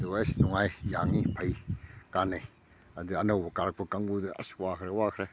ꯑꯗꯨꯒ ꯑꯁ ꯅꯨꯡꯉꯥꯏ ꯌꯥꯡꯉꯤ ꯐꯩ ꯀꯥꯟꯅꯩ ꯑꯗꯨꯅ ꯑꯅꯧꯕ ꯀꯥꯔꯛꯄ ꯀꯥꯡꯕꯨꯗ ꯑꯁ ꯋꯥꯈ꯭ꯔꯦ ꯋꯥꯈ꯭ꯔꯦ